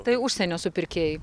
tai užsienio supirkėjai